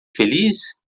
feliz